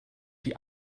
die